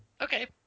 Okay